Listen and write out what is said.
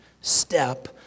step